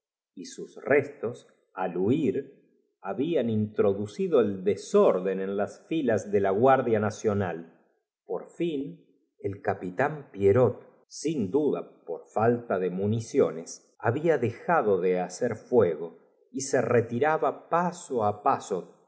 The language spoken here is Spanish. y sus restos al huir habatallas del tiempo de la caballería andan bían introducido el dosorden en las filas te una lucha feroz cuerpo á cuerpo en la de la g uardia nacional por fin el capitán cual cada uno atacaba y se defendía sin pierrot sin duda por falta de municiones preocuparse del vecino en vano casca babia dejado de hacet fuego y se retiraba nueces querla dominar el conjunto de los paso á paso